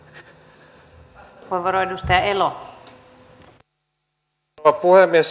arvoisa rouva puhemies